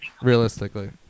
Realistically